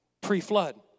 pre-flood